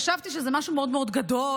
חשבתי שזה משהו מאוד מאוד גדול,